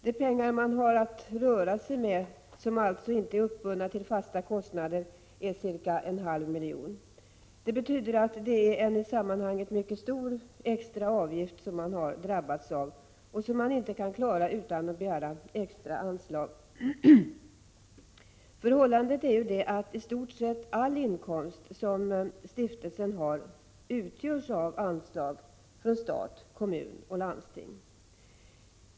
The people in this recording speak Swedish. De pengar stiftelsen har att röra sig med och som alltså inte är uppbundna till fasta kostnader är cirka en halv miljon kronor. Det betyder att det är en i sammanhanget mycket stor extra avgift man drabbas av, som man inte kan klara utan att begära extra anslag. I stort sett all inkomst som stiftelsen har utgörs av anslag från stat, landsting och kommun.